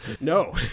No